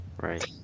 Right